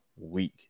week